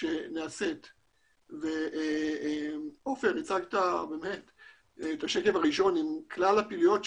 שנעשית ועופר הציג את השקף הראשון עם כלל הפעילויות שעושים,